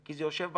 כי זה יושב בכנסת,